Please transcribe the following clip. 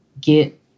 get